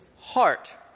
heart